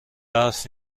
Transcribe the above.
برف